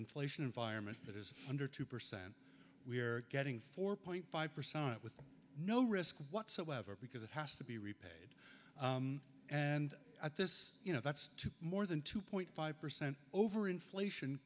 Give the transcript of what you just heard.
inflation environment that is under two percent we're getting four point five percent with no risk whatsoever because it has to be repaid and at this you know that's more than two point five percent over inflation